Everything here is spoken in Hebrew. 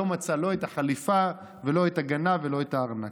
לא מצא לא את החליפה ולא את הגנב ולא את הארנק.